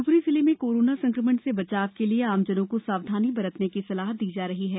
शिव री जिले में कोरोना संक्रमण से बचाव के लिए थे मजनों को सावधानी बरतने की सलाह दी जा रही है